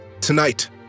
Tonight